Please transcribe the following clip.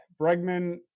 Bregman